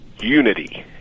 unity